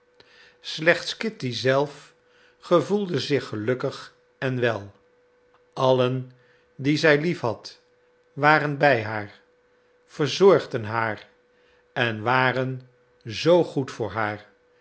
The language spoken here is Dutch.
slechts kitty zelf gevoelde zich gelukkig en wel allen die zij liefhad waren bij haar verzorgden haar en waren zoo goed voor haar